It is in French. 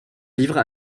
livres